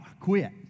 quit